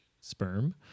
sperm